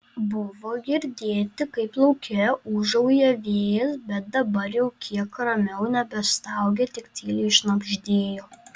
buvo girdėti kaip lauke ūžauja vėjas bet dabar jau kiek ramiau nebestaugė tik tyliai šnabždėjo